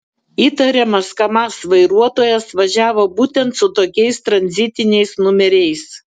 įtariamas kamaz vairuotojas važiavo būtent su tokiais tranzitiniais numeriais